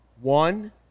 One